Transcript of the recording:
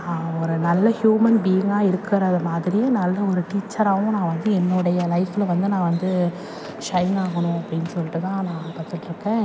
ஒரு நல்ல ஹியூமன் பீயிங்காக இருக்கிறது மாதிரி நல்ல ஒரு டீச்சராகவும் நான் வந்து என்னுடைய லைஃப்பில் வந்து நான் வந்து சைனாகணும் அப்படினு சொல்லிட்டு தான் நான் கற்றுட்டு இருக்கேன்